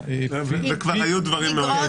וכבר היו דברים מעולם.